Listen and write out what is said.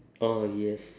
orh yes